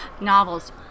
novels